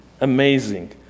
Amazing